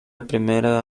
primera